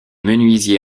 menuisiers